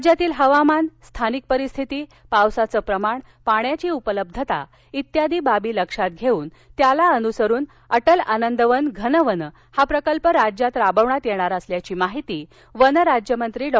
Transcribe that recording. राज्यातील हवामान स्थानिक परिस्थिती पावसाचं प्रमाण पाण्याची उपलब्धता इत्यादी बाबी लक्षात घेऊन त्याला अनुसरुन अटल आनंदवन घन वन प्रकल्प राज्यात राबवण्यात येणार असल्याची माहिती वन राज्यमंत्री डॉ